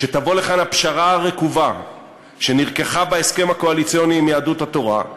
כשתבוא לכאן הפשרה הרקובה שנרקחה בהסכם הקואליציוני עם יהדות התורה,